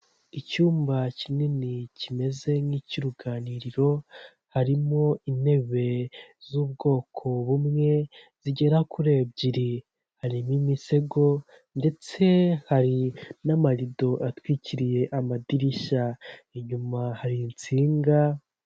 Icyumba kinini cyimeze nk'icy'uruganiriro harimo intebe z'ubwoko bumwe zigera kuri ebyiri harimo imisego ndetse hari n'amarido atwikiriye amadirishya inyuma hari insinga.